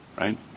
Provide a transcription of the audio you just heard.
right